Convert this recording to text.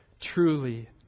truly